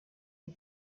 une